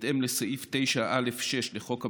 בהתאם לסעיף 9(א)(6) לחוק הממשלה,